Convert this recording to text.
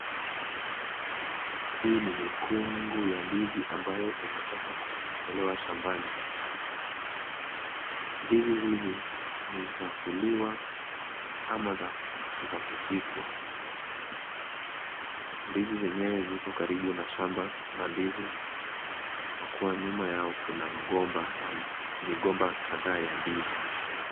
Hii ni mikungu ya ndizi ambayo imetoka kutolewa shambani. Ndizi hizi ni za kuliwa ama za kupikwa. Ndizi zenyewe ziko karibu na shamba la ndizi kwa kuwa nyuma yao kuna migomba kadhaa ya ndizi.